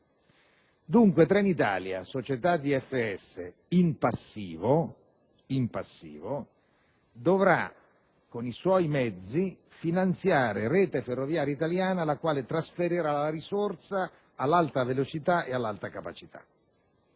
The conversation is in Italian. Dunque, Trenitalia, società di FS in passivo, dovrà, con i suoi mezzi, finanziare Rete ferroviaria italiana, la quale trasferirà la risorsa all'alta velocità e all'alta capacità.